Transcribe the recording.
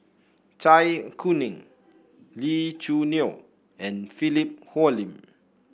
Zai Kuning Lee Choo Neo and Philip Hoalim